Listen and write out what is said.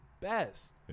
best